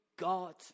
God